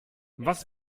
was